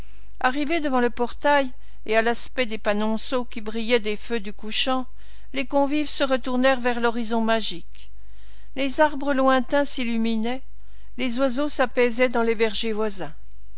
arrivés devant le portail et à l'aspect des panonceaux qui brillaient des feux du couchant les convives se retournèrent vers l'horizon magique les arbres lointains s'illuminaient les oiseaux s'apaisaient dans les vergers voisins